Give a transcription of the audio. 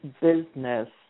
business